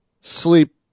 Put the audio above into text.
sleep